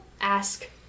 ask